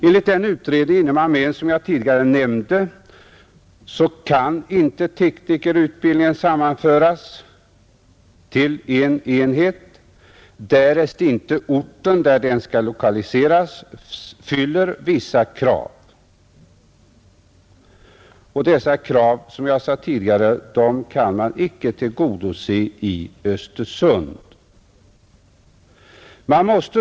Enligt den utredning inom armén som jag tidigare nämnde kan inte teknikerutbildningen sammanföras till en enhet därest inte orten dit den skall lokaliseras fyller vissa krav. Och dessa krav kan, som jag sagt tidigare, icke tillgodoses i Östersund.